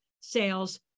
sales